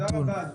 תודה רבה.